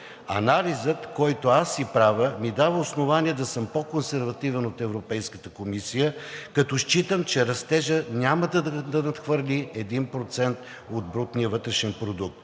Анализът, който аз си правя, ми дава основание да съм по-консервативен от Европейската комисия, като считам, че растежът няма да надхвърли 1% от брутния вътрешен продукт.